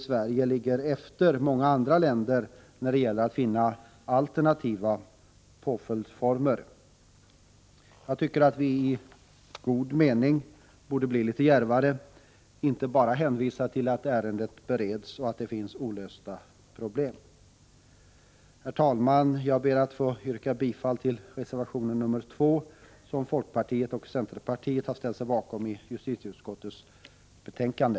Sverige ligger tyvärr efter många andra länder när det gäller att finna alternativa påföljdsformer. Vi borde bli litet djärvare, i god mening, och inte bara hänvisa till att ärendet bereds och att det finns olösta problem. Herr talman! Jag ber att få yrka bifall till reservation nr 2 i utskottets betänkande som folkpartiet och centerpartiet står bakom.